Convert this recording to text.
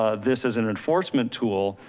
ah this as an enforcement tool.